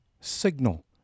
signal